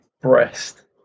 Breast